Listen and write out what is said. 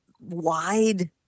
wide